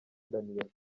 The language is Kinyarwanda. daniella